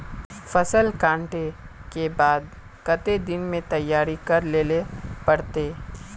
फसल कांटे के बाद कते दिन में तैयारी कर लेले पड़ते?